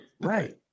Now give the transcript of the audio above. right